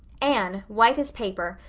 anne, white as paper,